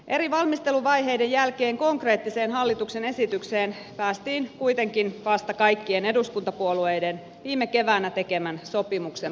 eri valmisteluvaiheiden jälkeen konkreettiseen hallituksen esitykseen päästiin kuitenkin vasta kaikkien eduskuntapuolueiden viime keväänä tekemän sopimuksen pohjalta